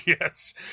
Yes